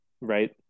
right